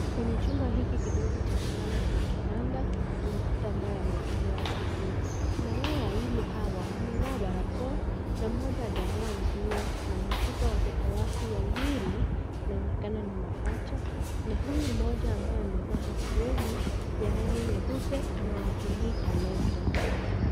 Kwenye chumba hiki kidogo cha kulala kuna kitanda na mafuta ambayo yameekelewa hapo juu. Kina mama wawili hawa wamevaa barakoa na mmoja hajavaa nguo na ameshika watoto wake wawili, inaonekana ni mapacha na huyu mmoja ambaye amevaa aproni ya rangi nyeupe anawafunika leso.